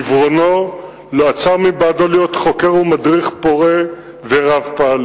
עיוורונו לא עצר בעדו להיות חוקר ומדריך פורה ורב-פעלים.